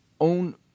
own